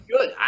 Good